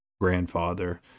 grandfather